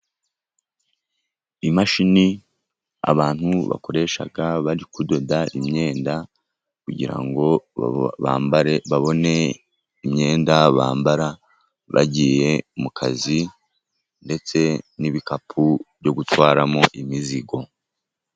Imashini abantu bakoresha bari kudoda imyenda kugira ngo bambare, babone imyenda bambara bagiye mu kazi, ndetse n'ibikapu byo gutwaramo imizigo.